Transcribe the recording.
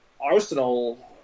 Arsenal